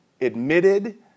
admitted